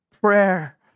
prayer